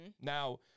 Now